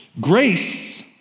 Grace